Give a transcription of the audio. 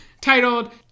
titled